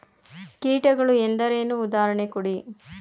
ಕೀಟಗಳು ಎಂದರೇನು? ಉದಾಹರಣೆ ಕೊಡಿ?